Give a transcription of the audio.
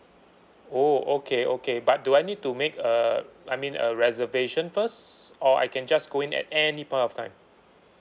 oh okay okay but do I need to make uh I mean a reservation first or I can just go in at any point of time